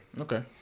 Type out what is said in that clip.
Okay